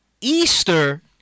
Easter